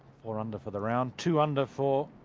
four under for the round. two under for